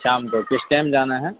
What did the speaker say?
شام کو کس ٹائم جانا ہے